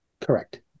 Correct